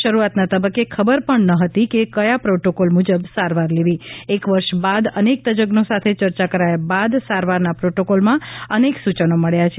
શરૂઆતના તબક્કે ખબર પણ ન હતી કે કયા પ્રોટોકોલ મુજબ સારવાર લેવી એક વર્ષ બાદ અનેક તજજ્ઞો સાથે ચર્ચા કરાથા બાદ સારવારના પ્રોટોકોલમાં અનેક સૂચનો મળ્યા છે